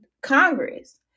congress